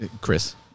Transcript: Chris